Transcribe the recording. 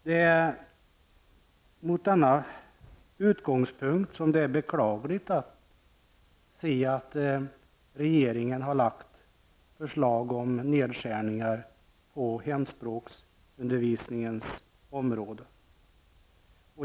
Det är mot den bakgrunden beklagligt att se att regeringen har lagt fram förslag om nedskärningar på hemspråksundervisningens område.